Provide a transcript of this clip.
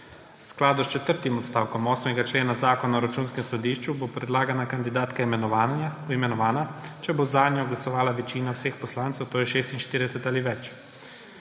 V skladu s četrtim odstavkom 8. člena Zakona o računskem sodišču bo predlagana kandidatka imenovana, če bo zanjo glasovala večina vseh poslancev, to je 46 ali več.